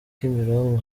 kimironko